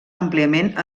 àmpliament